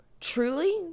truly